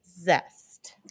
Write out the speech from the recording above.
zest